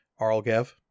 Arlgev